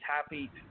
happy